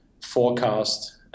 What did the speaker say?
forecast